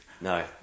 No